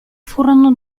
furono